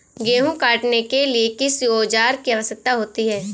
गेहूँ काटने के लिए किस औजार की आवश्यकता होती है?